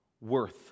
worth